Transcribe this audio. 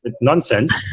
nonsense